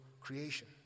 creation